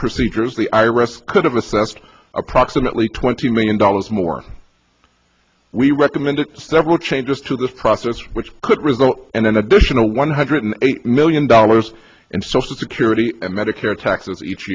procedures the iressa could have assessed approximately twenty million dollars more we recommended several changes to this process which could result in an additional one hundred eighty million dollars in social security and medicare taxes each